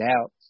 out